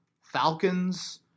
Falcons